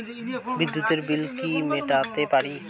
বিদ্যুতের বিল কি মেটাতে পারি?